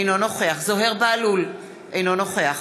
אינו נוכח זוהיר בהלול, אינו נוכח